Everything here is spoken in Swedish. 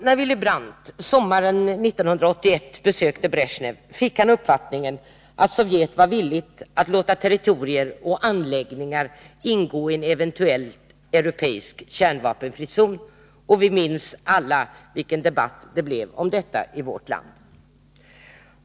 När Willy Brandt sommaren 1981 besökte Bresjnev fick han uppfattningen att Sovjet var villigt att låta territorier och anläggningar ingå i en eventuell europeisk kärnvapenfri zon — vi minns alla vilken debatt det blev om detta i vårt land.